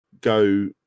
go